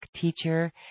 teacher